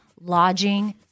lodging